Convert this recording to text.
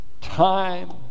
time